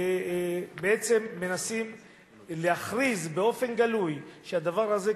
בעצם מנסים להכריז באופן גלוי שהדבר הזה,